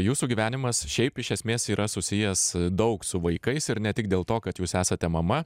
jūsų gyvenimas šiaip iš esmės yra susijęs daug su vaikais ir ne tik dėl to kad jūs esate mama